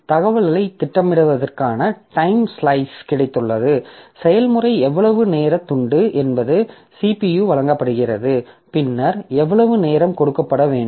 தகவல்களைத் திட்டமிடுவதற்கான time slice கிடைத்துள்ளது செயல்முறை எவ்வளவு நேர துண்டு என்பது CPU வழங்கப்படுகிறது பின்னர் எவ்வளவு நேரம் கொடுக்கப்பட வேண்டும்